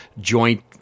joint